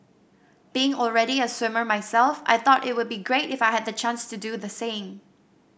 being already a swimmer myself I thought it would be great if I had the chance to do the same